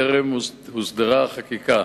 וטרם הוסדרה החקיקה.